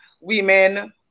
women